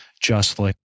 justly